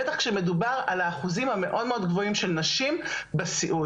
בטח כשמדובר על האחוזים המאוד מאוד גבוהים של נשים בסיעוד.